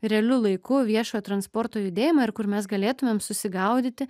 realiu laiku viešojo transporto judėjimą ir kur mes galėtumėm susigaudyti